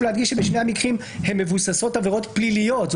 להדגיש שבשני המקרים הם מבוססות עבירות פליליות.